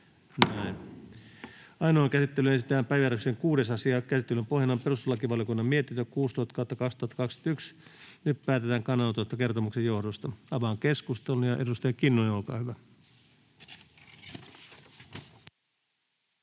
Ainoaan käsittelyyn esitellään päiväjärjestyksen 6. asia. Käsittelyn pohjana on perustuslakivaliokunnan mietintö PeVM 16/2021 vp. Nyt päätetään kannanotosta kertomuksen johdosta. Avaan keskustelun. — Edustaja Kinnunen, olkaa hyvä.